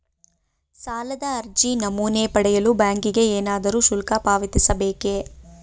ಸಾಲದ ಅರ್ಜಿ ನಮೂನೆ ಪಡೆಯಲು ಬ್ಯಾಂಕಿಗೆ ಏನಾದರೂ ಶುಲ್ಕ ಪಾವತಿಸಬೇಕೇ?